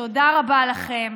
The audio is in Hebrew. תודה רבה לכם.